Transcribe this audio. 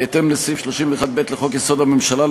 בהתאם לסעיף 31(ב) לחוק-יסוד: הממשלה,